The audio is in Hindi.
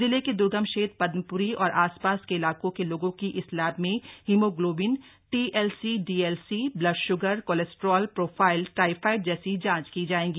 जिले के द्र्गम क्षेत्र पदमप्री और आसपास के इलाके के लोगों की इस लैब में haemoglobin TLC DLC blood sugar cholesterol profile typhoid जैसी जांच की जाएगी